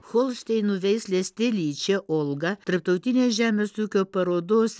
holšteino veislės telyčia olga tarptautinė žemės ūkio parodos